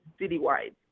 citywide